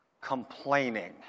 complaining